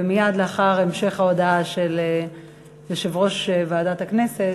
ומייד לאחר המשך ההודעה של יושב-ראש ועדת הכנסת,